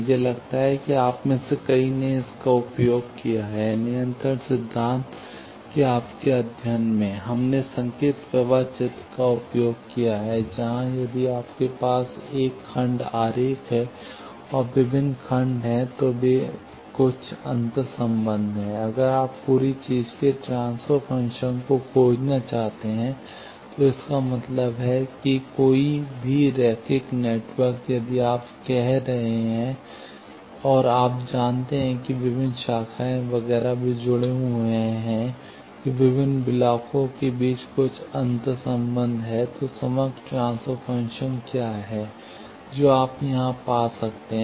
मुझे लगता है कि आप में से कई ने इनका उपयोग किया है नियंत्रण सिद्धांत के आपके अध्ययन में हमने संकेत प्रवाह चित्र का उपयोग किया है जहां यदि आपके पास एक खंड आरेख है और विभिन्न खंड हैं तो वे कुछ अंतरसंबंध हैं अगर आप पूरी चीज़ के ट्रांसफर फ़ंक्शन को खोजना चाहते हैं तो इसका मतलब है कि कोई भी रैखिक नेटवर्क यदि आप कर रहे हैं और आप जानते हैं कि विभिन्न शाखाएँ वगैरह वे जुड़े हुए हैं कि विभिन्न ब्लॉकों के बीच कुछ अंतर्संबंध है तो समग्र ट्रांसफर फ़ंक्शन क्या है जो आप यहां पा सकते हैं